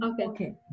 Okay